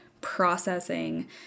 processing